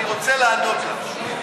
אני רוצה לענות לך.